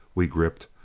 we gripped.